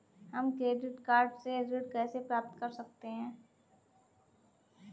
हम credit card से ऋण कैसे प्राप्त कर सकते हैं?